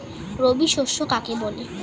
রবি শস্য কাকে বলে?